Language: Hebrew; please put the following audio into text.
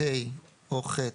(ה) או (ח),